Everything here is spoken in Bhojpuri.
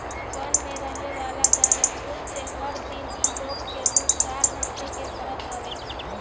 वन में रहेवाला जानवर कुल से हर दिन इ लोग के दू चार होखे के पड़त हवे